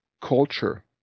culture